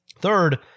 Third